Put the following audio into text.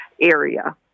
area